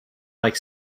like